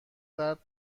درد